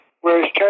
whereas